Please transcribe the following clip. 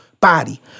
Body